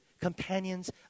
companions